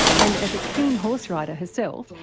and as a keen horse rider herself,